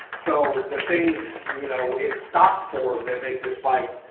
so the things, you know, it stock form, that make this bike,